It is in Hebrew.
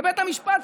לבית המשפט,